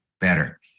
better